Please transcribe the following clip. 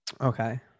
Okay